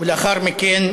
לאחר מכן,